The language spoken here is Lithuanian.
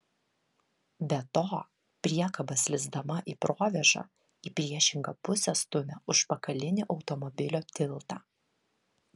be to priekaba slysdama į provėžą į priešingą pusę stumia užpakalinį automobilio tiltą